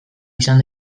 izan